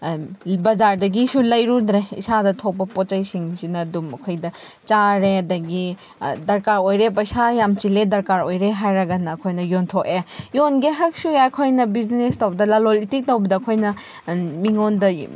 ꯕꯖꯥꯔꯗꯒꯤꯁꯨ ꯂꯩꯔꯨꯗ꯭ꯔꯦ ꯏꯁꯥꯗ ꯊꯣꯛꯄ ꯄꯣꯠ ꯆꯩꯁꯤꯡꯁꯤꯅ ꯑꯗꯨꯝ ꯑꯩꯈꯣꯏꯗ ꯆꯥꯔꯦ ꯑꯗꯒꯤ ꯗꯔꯀꯥꯔ ꯑꯣꯏꯔꯦ ꯄꯩꯁꯥ ꯌꯥꯝ ꯆꯤꯜꯂꯦ ꯗꯔꯀꯥꯔ ꯑꯣꯏꯔꯦ ꯍꯥꯏꯔꯒꯅ ꯑꯩꯈꯣꯏꯅ ꯌꯣꯟꯊꯣꯛꯑꯦ ꯌꯣꯟꯒꯦ ꯍꯥꯏꯔꯁꯨ ꯌꯥꯏ ꯑꯩꯈꯣꯏꯅ ꯕꯤꯖꯤꯅꯦꯁ ꯇꯧꯕꯗ ꯂꯂꯣꯟ ꯏꯇꯤꯛ ꯇꯧꯕꯗ ꯑꯩꯈꯣꯏꯅ ꯃꯤꯉꯣꯟꯗ